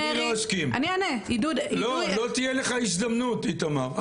לא תהיה לך הזדמנות איתמר.